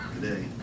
today